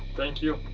thank you.